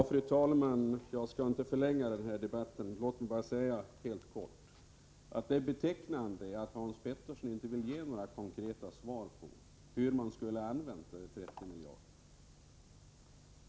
Fru talman! Jag skall inte förlänga den här debatten. Men låt mig helt kort säga: Det är betecknande att Hans Petersson i Hallstahammar inte vill ge några konkreta svar beträffande hur man skulle ha använt dessa 30 miljarder.